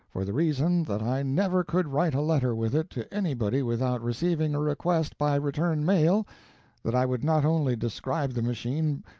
for the reason that i never could write a letter with it to anybody without receiving a request by return mail that i would not only describe the machine,